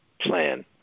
plan